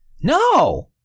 no